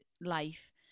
life